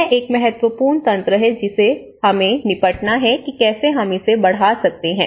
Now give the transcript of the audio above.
यह एक महत्वपूर्ण तंत्र है जिससे हमें निपटना है कि कैसे हम इसे बढ़ा सकते हैं